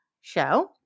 show